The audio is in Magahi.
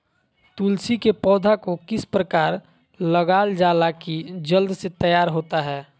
तुलसी के पौधा को किस प्रकार लगालजाला की जल्द से तैयार होता है?